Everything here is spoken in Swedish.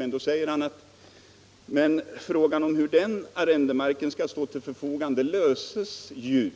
Men då säger han att frågan om hur den arrendemarken skall stå till förfogande löses ju